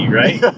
right